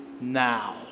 now